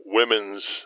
women's